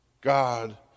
God